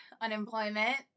unemployment